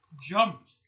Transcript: jumped